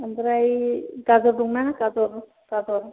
ओमफ्राय गाजर दं ना गाजर गाजर